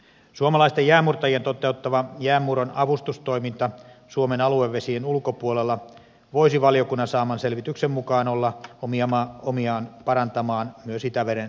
suomalaisten jäänmurtajien toteuttama jäänmurron avustustoiminta suomen aluevesien ulkopuolella voisi valiokunnan saaman selvityksen mukaan olla omiaan myös parantamaan itämeren turvallisuutta